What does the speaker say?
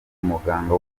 umuganga